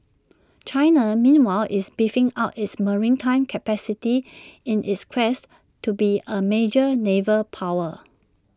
China meanwhile is beefing up its maritime capacity in its quest to be A major naval power